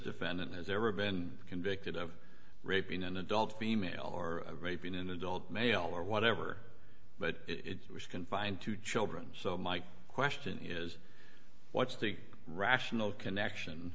defendant has ever been convicted of raping an adult female or raping an adult male or whatever but it was confined to children so my question is what's the rational